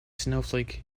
snowflake